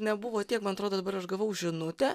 nebuvo tiek man atrodo dabar aš gavau žinutę